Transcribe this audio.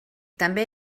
també